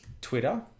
Twitter